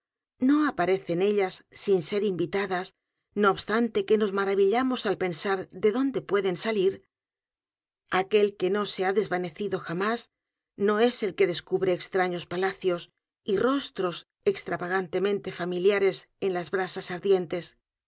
no aparecen ellas sin ser invitadas no obstante que nos maravillamos al pensar de dónde pueden salir aquel que no se ha desvanecido j a m á s no es el que descubre extraños palacios y rostros extravagantemente familiares en las brasas ardientes